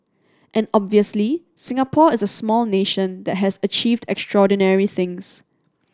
and obviously Singapore is a small nation that has achieved extraordinary things